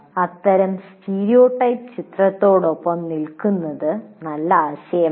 അത്തരം സ്റ്റീരിയോടൈപ്പ് ചിത്രത്തിനൊപ്പം നിൽക്കുന്നത് നല്ല ആശയമല്ല